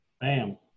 Bam